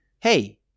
hey